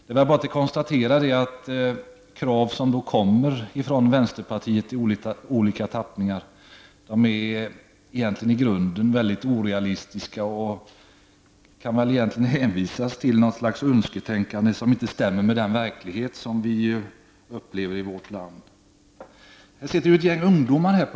Det är bara att konstatera att krav i olika tappningar från vänsterpartiet egentligen är mycket orealistiska. De kan väl egentligen sägas vara något slags önsketänkande som inte stämmer med den verklighet som vi upplever. På läktaren sitter några ungdomar.